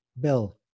bill